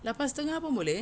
lapan setengah pun boleh eh